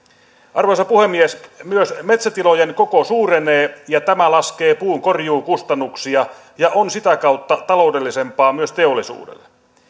arvoisa puhemies myös metsätilojen koko suurenee ja tämä laskee puun korjuukustannuksia ja on sitä kautta taloudellisempaa myös teollisuudelle